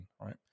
right